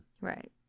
Right